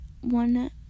one